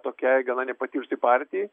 tokiai gana nepatyrusiai partijai